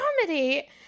comedy